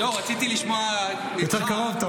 לא, רציתי לשמוע ממך -- יותר קרוב.